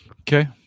Okay